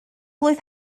blwydd